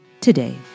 today